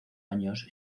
años